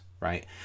right